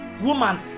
woman